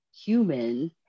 human